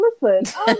Listen